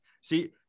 see